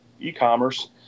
e-commerce